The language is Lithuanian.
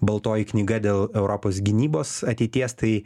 baltoji knyga dėl europos gynybos ateities tai